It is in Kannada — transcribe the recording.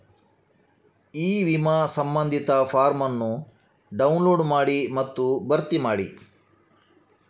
ಇ ವಿಮಾ ಸಂಬಂಧಿತ ಫಾರ್ಮ್ ಅನ್ನು ಡೌನ್ಲೋಡ್ ಮಾಡಿ ಮತ್ತು ಭರ್ತಿ ಮಾಡಿ